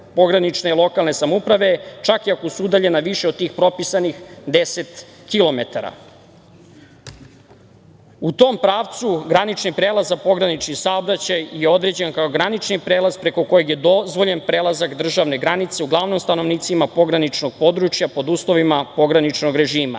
pogranične i lokalne samouprave, čak iako su udaljenja više od tih propisanih deset kilometara. U tom pravcu granični prelaz, a pogranični saobraćaj je određen kao granični prelaz preko kojeg je dozvoljen prelazak državne granice uglavnom stanovnicima pograničnog područja pod uslovima pograničnog